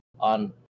on